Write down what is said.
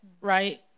right